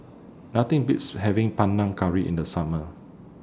Nothing Beats having Panang Curry in The Summer